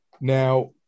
Now